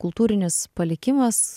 kultūrinis palikimas